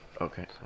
Okay